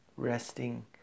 Resting